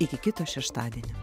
iki kito šeštadienio